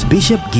Bishop